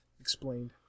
explained